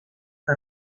que